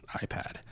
iPad